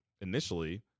initially